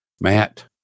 Matt